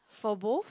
for both